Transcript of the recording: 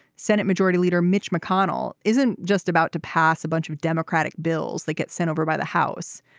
senate majority leader mitch mcconnell isn't just about to pass a bunch of democratic bills that get sent over by the house.